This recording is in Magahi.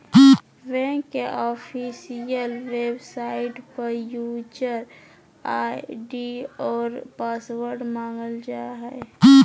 बैंक के ऑफिशियल वेबसाइट पर यूजर आय.डी और पासवर्ड मांगल जा हइ